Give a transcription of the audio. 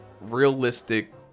realistic